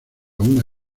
una